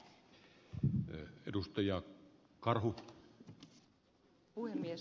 arvoisa puhemies